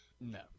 No